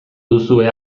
duzue